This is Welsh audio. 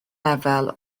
lefel